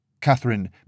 Catherine